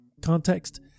context